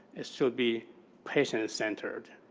it should be patient centered.